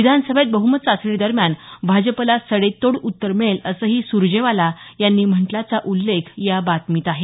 विधानसभेत बहुमत चाचणीदरम्यान भाजपला सडेतोड उत्तर मिळेल असं ही सुरजेवाला यांनी म्हटल्याचा उल्लेख या बातमीत आहे